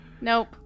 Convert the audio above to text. Nope